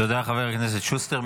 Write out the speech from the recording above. תודה, חבר הכנסת שוסטר.